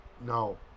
No